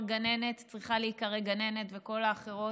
"גננת" צריכה להיקרא "גננת" וכל האחרות,